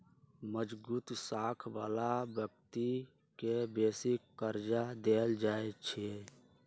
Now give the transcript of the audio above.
मजगुत साख बला व्यक्ति के बेशी कर्जा देल जाइ छइ